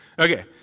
Okay